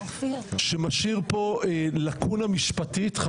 שמשאיר לקונה משפטית הזויה.